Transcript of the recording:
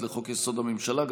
לחוק-יסוד: הממשלה.